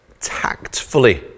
tactfully